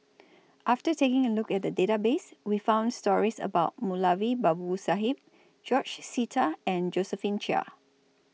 after taking A Look At The Database We found stories about Moulavi Babu Sahib George Sita and Josephine Chia